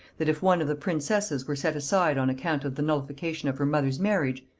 that if one of the princesses were set aside on account of the nullification of her mother's marriage,